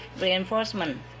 reinforcement